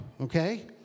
okay